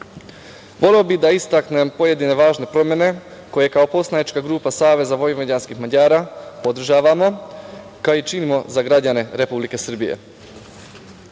bih da istaknem pojedine važne promene koje kao poslanička grupa Saveza vojvođanskih Mađara podržavamo, kao i činimo za građane Republike Srbije. Izmene